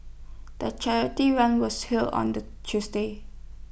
the charity run was held on the Tuesday